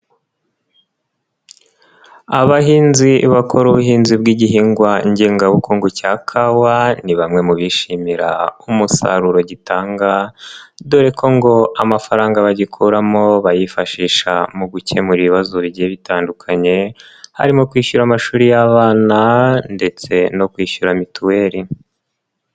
Abahinzi bakora ubuhinzi bw'igihingwa ngengabukungu cya kawa ni bamwe mu bishimira umusaruro gitanga dore ko ngo amafaranga bagikuramo bayifashisha mu gukemura ibibazo bigiye bitandukanye harimo kwishyura amashuri y'abana ndetse no kwishyura mituweli.